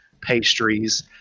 pastries